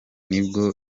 nibwo